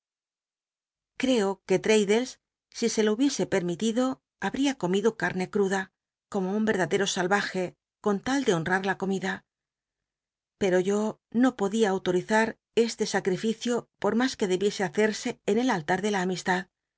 creo que l'raddlcs si se lo hubiese permitido hal l'ia comido carne cruda como un crcladeao salvaje con tal de honrar la comida pero yo no podía auloaizar este sacriricio poa mas que debiese hacca sc en el altar de la amistad